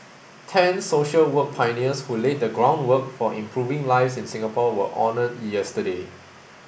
ten social work pioneers who laid the groundwork for improving lives in Singapore were honoured yesterday